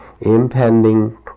impending